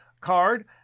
card